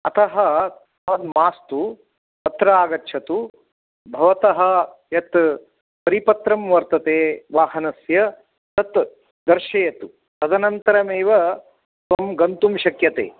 अतः तत् मास्तु अत्र आगच्छतु भवतः यत् परिपत्रं वर्तते वाहनस्य तत् दर्शयतु तदनन्तरमेव त्वं गन्तुं शक्यते